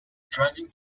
driving